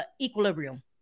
equilibrium